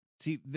See